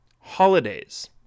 holidays